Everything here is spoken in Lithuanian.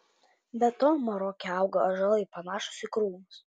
be to maroke auga ąžuolai panašūs į krūmus